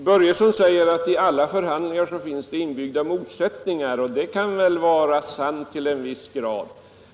Herr talman! Fritz Börjesson säger att i alla förhandlingar finns inbyggda motsättningar, och det kan väl vara sant till en viss grad.